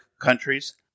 countries